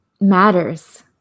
matters